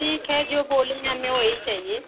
ठीक है जो बोली हैं हमें वही चाहिए